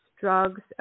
drugs